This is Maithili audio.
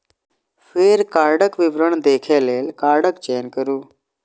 फेर कार्डक विवरण देखै लेल कार्डक चयन करू